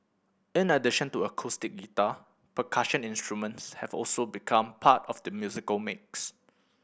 in addition to acoustic guitar percussion instruments have also become part of the musical mix